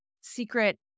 secret